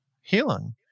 Healing